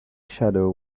shadow